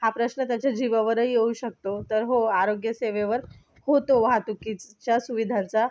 हा प्रश्न त्याच्या जीवावरही येऊ शकतो तर हो आरोग्य सेवेवर होतो वाहतुकीच्या सुविधांचा